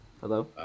Hello